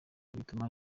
bituma